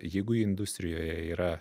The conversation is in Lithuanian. jeigu industrijoje yra